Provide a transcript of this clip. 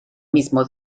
mismo